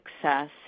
success